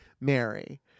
mary